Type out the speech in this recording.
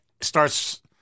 starts